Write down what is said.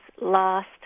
last